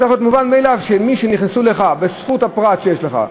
זה צריך להיות מובן מאליו, זכות הפרט שיש לך,